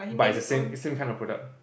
but it's the same same kind of product